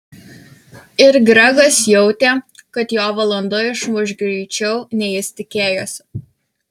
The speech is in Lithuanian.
ir gregas jautė kad jo valanda išmuš greičiau nei jis tikėjosi